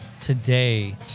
today